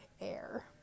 air